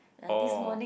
oh